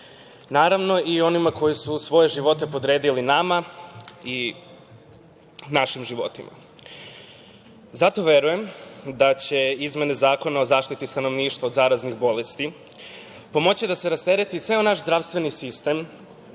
Naravno, i onima koji su svoje živote podredili nama i našim životima. Verujem da će izmene Zakona o zaštiti stanovništva od zaraznih bolesti pomoći da se rastereti ceo naš zdravstveni sistem